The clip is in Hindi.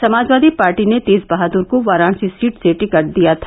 समाजवादी पार्टी ने तेज बहादु को वाराणसी सीट से टिकट दिया था